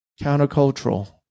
countercultural